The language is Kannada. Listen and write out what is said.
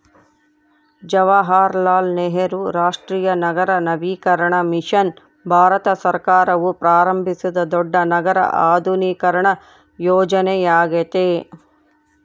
ಜವಾಹರಲಾಲ್ ನೆಹರು ರಾಷ್ಟ್ರೀಯ ನಗರ ನವೀಕರಣ ಮಿಷನ್ ಭಾರತ ಸರ್ಕಾರವು ಪ್ರಾರಂಭಿಸಿದ ದೊಡ್ಡ ನಗರ ಆಧುನೀಕರಣ ಯೋಜನೆಯ್ಯಾಗೆತೆ